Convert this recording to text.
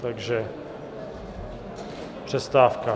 Takže přestávka.